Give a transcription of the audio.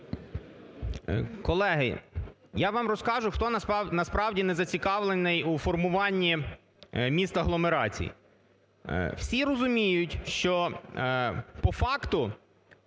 Л.Л. Колеги, я вам розкажу, хто насправді не зацікавлений у формуванні міст-агломерацій. Всі розуміють, що по факту